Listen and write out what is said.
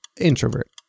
Introvert